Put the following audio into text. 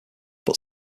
but